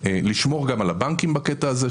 לשמור גם על הבנקים בקטע הזה,